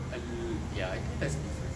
err ya I think that's different